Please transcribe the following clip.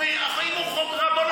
אם הוא חוק רע, בואו נפיל אותו.